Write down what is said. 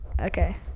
Okay